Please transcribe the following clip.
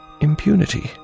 impunity